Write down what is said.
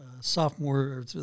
sophomore